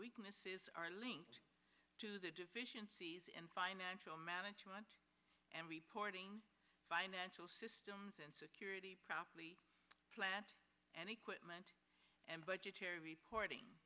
weaknesses are linked to the deficiencies in financial management and reporting financial systems and security properly plant and equipment and budgetary reporting